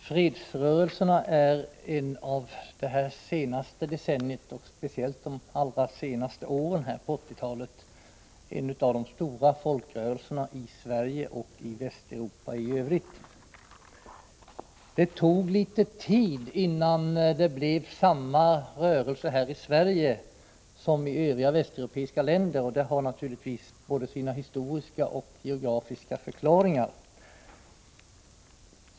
Herr talman! Fredsrörelsen är en av de stora folkrörelserna i Sverige och i Västeuropa i övrigt under det senaste decenniet och speciellt under de allra senaste åren av 1980-talet. Det tog litet tid innan det blev samma rörelse här i Sverige som i övriga västeuropeiska länder, och det har naturligtvis både sina historiska och sina geografiska förklaringar.